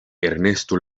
ernesto